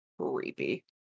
creepy